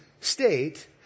state